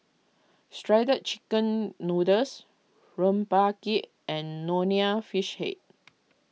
Shredded Chicken Noodles Rempeyek and Nonya Fish Head